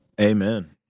Amen